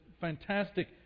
fantastic